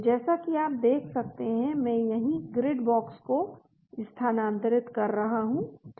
तो जैसा कि आप देख सकते हैं मैं यहीं ग्रिड बॉक्स को स्थानांतरित कर रहा हूं ठीक है